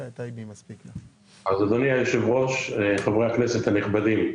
אדוני היושב-ראש, חברי הכנסת הנכבדים,